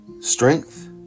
strength